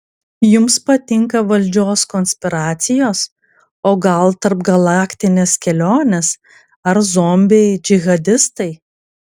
jums patinka valdžios konspiracijos o gal tarpgalaktinės kelionės ar zombiai džihadistai